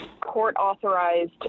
court-authorized